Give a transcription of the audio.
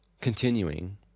continuing